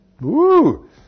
Woo